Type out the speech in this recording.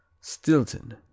Stilton